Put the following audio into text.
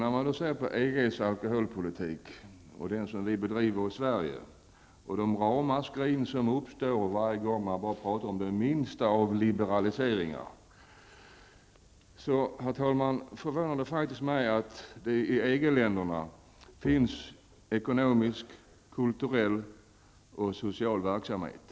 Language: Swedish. Om man ser till EGs alkoholpolitik, den alkoholpolitik som bedrivs i Sverige och till de ramaskrin som uppstår varje gång man börjar antyda en liberalisering, förvånar det mig att det i EG-länderna finns ekonomisk, kulturell och social verksamhet.